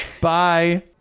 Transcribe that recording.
bye